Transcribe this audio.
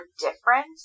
different